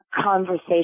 conversation